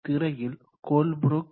திரையில் கோல்ப்ரூக்